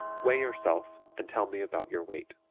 weigh yourself and tell me about your weight.